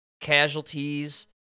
casualties